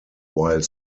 while